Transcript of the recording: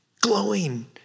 glowing